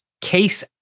case